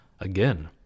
again